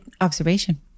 observation